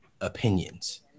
opinions